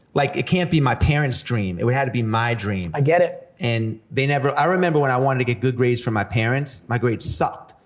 like it can't be my parents' dream, it would have had to be my dream. i get it. and they never, i remember when i wanted to get good grades for my parents, my grades sucked.